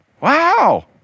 Wow